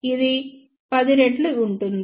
ఇది 10 రెట్లు ఉంటుంది